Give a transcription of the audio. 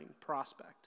prospect